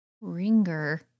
Ringer